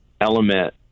element